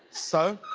so.